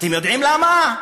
אתם יודעים למה?